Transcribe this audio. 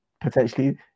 potentially